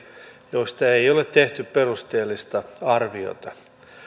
joista ei ole tehty perusteellista arviota